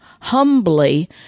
humbly